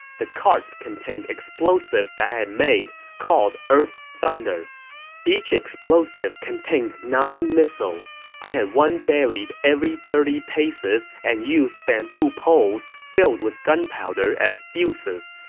the carts contained explosives that i had made, called earth thunder each explosive contained nine missiles. i had one buried every thirty paces and used bamboo poles filled with gunpowder as fuses.